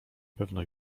pewno